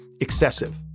excessive